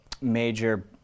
major